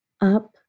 up